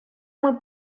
muy